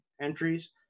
entries –